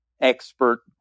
expert